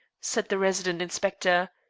said the resident inspector,